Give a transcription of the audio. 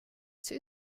two